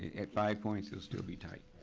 at five points it'll still be tight.